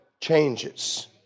changes